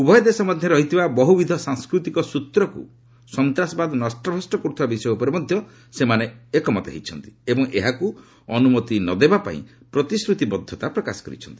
ଉଭୟ ଦେଶ ମଧ୍ୟରେ ରହିଥିବା ବହୁବିଧ ସାଂସ୍କୃତିକ ସ୍ୱତ୍ରକୁ ସନ୍ତାସବାଦ ନଷ୍ଟଭ୍ରଷ୍ଟ କରୁଥିବା ବିଷୟ ଉପରେ ମଧ୍ୟ ସେମାନେ ଏକମତ ହୋଇଛନ୍ତି ଏବଂ ଏହାକୁ ଅନ୍ରମତି ନ ଦେବା ପାଇଁ ପ୍ରତିଶ୍ରତିବଦ୍ଧତା ପ୍ରକାଶ କରିଛନ୍ତି